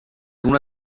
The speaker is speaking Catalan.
una